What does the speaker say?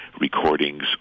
recordings